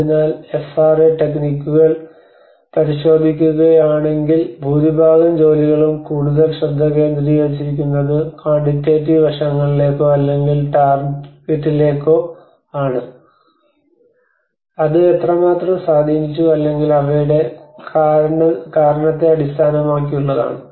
അതിനാൽ എഫ്ആർഎ ടെക്നിക്കുകൾ പരിശോധിക്കുകയാണെങ്കിൽ ഭൂരിഭാഗം ജോലികളും കൂടുതലും ശ്രദ്ധ കേന്ദ്രീകരിച്ചിരിക്കുന്നത് ക്വാണ്ടിറ്റേറ്റീവ് വശങ്ങളിലേക്കോ അല്ലെങ്കിൽ ടാർഗെറ്റിലേക്കോ ആണ് അത് എത്രമാത്രം സ്വാധീനിച്ചു അല്ലെങ്കിൽ അവയുടെ കാരണത്തെ അടിസ്ഥാനമാക്കിയുള്ളതാണ്